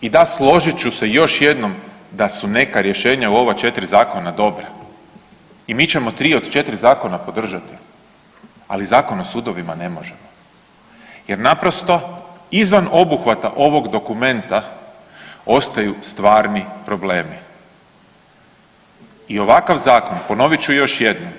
I da, složit ću se još jednom da su neka rješenja u ova 4 Zakona dobra i mi ćemo 3 od 4 Zakona podržati, ali Zakon o sudovima ne možemo, jer naprosto izvan obuhvata ovog dokumenta ostaju stvarni problemi i ovakav Zakon, ponovit ću još jednom